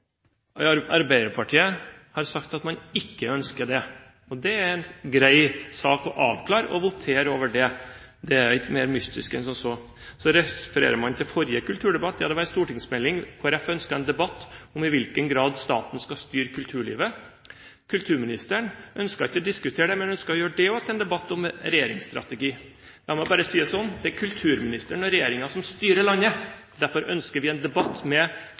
korpsbevegelsen. Arbeiderpartiet har sagt at man ikke ønsker det. Det er en grei sak å avklare og votere over. Det er ikke mer mystisk enn som så. Så refererer man til forrige kulturdebatt – det var i forbindelse med en stortingsmelding. Kristelig Folkeparti ønsket en debatt om i hvilken grad staten skal styre kulturlivet. Kulturministeren ønsket ikke å diskutere det, men hun ønsket å gjøre også den debatten til en debatt om regjeringsstrategi. Jeg må bare si det sånn: Det er kulturministeren og regjeringen som styrer landet. Derfor ønsker vi en debatt med